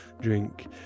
drink